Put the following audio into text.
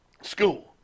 school